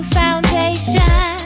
foundation